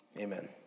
Amen